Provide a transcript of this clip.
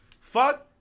fuck